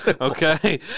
Okay